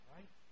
Right